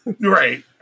right